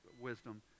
wisdom